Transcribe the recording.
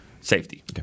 Safety